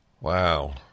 wow